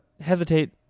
hesitate